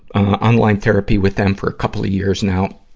online therapy with them for a couple of years now,